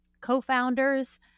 co-founders